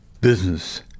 business